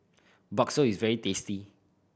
bakso is very tasty